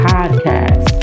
Podcast